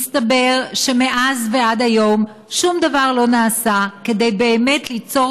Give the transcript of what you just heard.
אז אני רוצה לספר